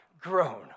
grown